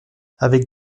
avec